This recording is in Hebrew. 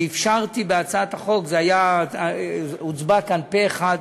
ואפשרתי בהצעת החוק, זה הוצבע כאן פה-אחד.